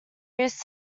used